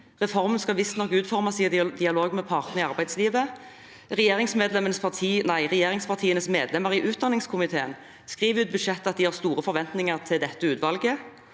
Reformen skal visstnok utformes i dialog med partene i arbeidslivet. Regjeringspartienes medlemmer i utdanningskomiteen skriver i budsjettet at de har store forventninger til dette utvalget.